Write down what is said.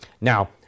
Now